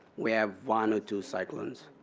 we have one or two cyclones.